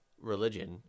religion